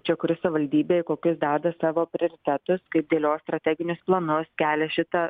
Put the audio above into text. čia kuri savivaldybė kokius deda savo prioritetus kaip dėlioja strateginius planus kelia šitą